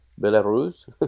Belarus